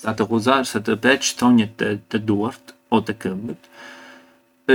Sa të preç thonjet te duart o te këmbët